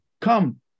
come